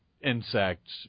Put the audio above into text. insects